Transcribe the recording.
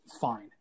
fine